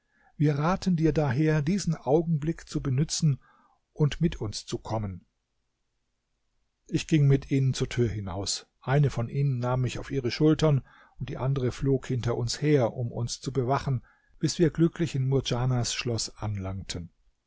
wir raten dir daher diesen augenblick zu benützen und mit uns zu kommen ich ging mit ihnen zur tür hinaus eine von ihnen nahm mich auf ihre schultern und die andere flog hinter uns her um uns zu bewachen bis wir glücklich in murdjanas schloß anlangten